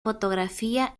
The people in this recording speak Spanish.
fotografía